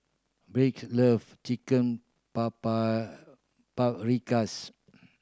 Brigid love Chicken Paprikas